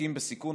לעסקים בסיכון,